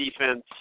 defense